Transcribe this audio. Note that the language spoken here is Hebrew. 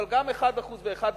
אבל גם הגדלה מ-1% ל-1.7%,